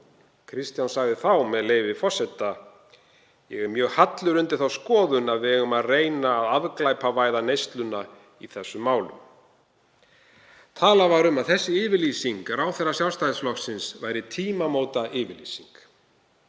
Kristján sagði þá, með leyfi forseta: Ég er mjög hallur undir þá skoðun að við eigum að reyna að afglæpavæða neysluna í þessum málum. Talað var um að þessi yfirlýsing ráðherra Sjálfstæðisflokksins væri tímamótayfirlýsing.